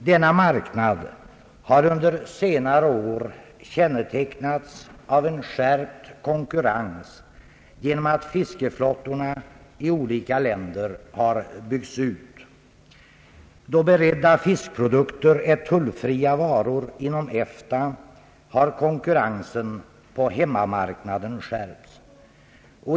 Denna marknad har under senare år kännetecknats av en skärpt konkurrens genom att fiskeflottorna i olika länder har byggts ut. Då beredda fiskprodukter är tullfria varor inom EFTA har konkurrensen på hemmamarknaden skärpts.